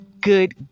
good